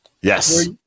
Yes